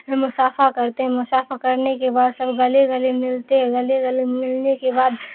مصافحہ کرتے ہیں مصافحہ کرنے کے بعد سب گلے گلے ملتے ہیں گلے گلے ملنے کے بعد